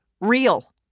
real